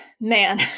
man